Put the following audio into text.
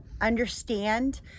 understand